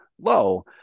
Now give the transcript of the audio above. low